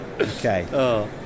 Okay